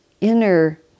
inner